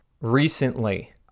Recently